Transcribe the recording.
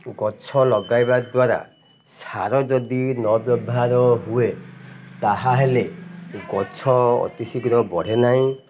ଗଛ ଲଗାଇବା ଦ୍ୱାରା ସାର ଯଦି ନ ବ୍ୟବହାର ହୁଏ ତାହା ହେଲେ ଗଛ ଅତି ଶୀଘ୍ର ବଢ଼େ ନାହିଁ